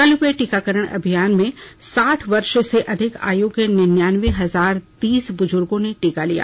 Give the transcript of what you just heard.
कल हुए टीकाकरण अभियान में साठ वर्ष से अधिक आयु के नियांनावें हजार तीस बुजूर्गों ने टीका लिया